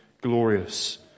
glorious